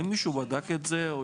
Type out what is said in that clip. מישהו בדק את זה?